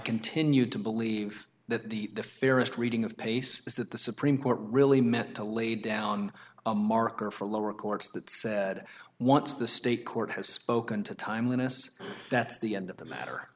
continue to believe that the fairest reading of pace is that the supreme court really meant to lay down a marker for lower courts that said once the state court has spoken to timeliness that's the end of the matter